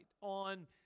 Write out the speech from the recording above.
on